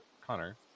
Connor